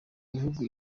bihugu